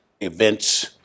events